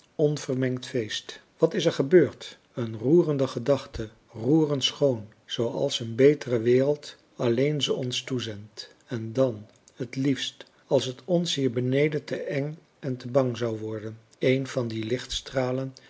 onvermengd feest wat is er gebeurd een roerende gedachte roerend schoon zooals een betere wereld alleen ze ons toezendt en dàn het liefst als het ons hier beneden te eng en te bang zou worden een van die